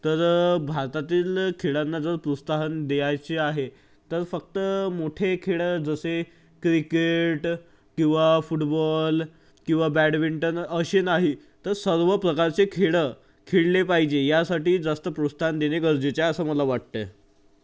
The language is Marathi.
तर भारतातील खेळांना जर प्रोत्साहन द्यायचे आहे तर फक्त मोठे खेळ जसे क्रिकेट किंवा फुटबॉल किंवा बॅडमिंटन असे नाही तर सर्व प्रकारचे खेळ खेळले पाहिजे यासाठी जास्त प्रोत्साहन देणे गरजेचे आहे असं मला वाटतं आहे